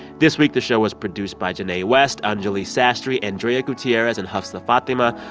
this week, the show was produced by jinae west, anjuli sastry, andrea gutierrez and hafsa fathima.